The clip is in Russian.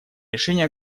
решение